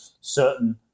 certain